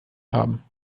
haben